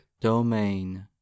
domain